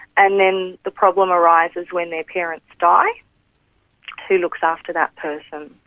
and then the problem arises when their parents die who looks after that person?